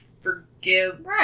forgive